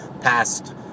past